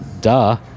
duh